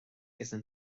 isn’t